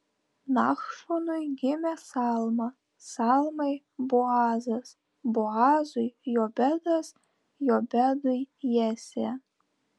nachšonui gimė salma salmai boazas boazui jobedas jobedui jesė